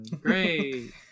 great